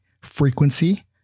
frequency